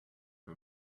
her